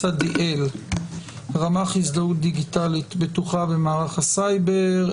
רמ"ח הזדהות דיגיטלית בטוחה במערך הסייבר,